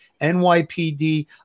NYPD